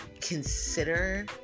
consider